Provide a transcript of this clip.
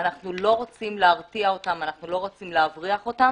אני מנהלת מחלקת בקרת איכות השירות ב"אגד תחבורה".